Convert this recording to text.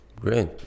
Great